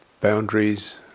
boundaries